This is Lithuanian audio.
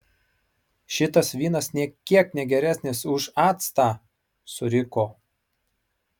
šitas vynas nė kiek ne geresnis už actą suriko